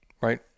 right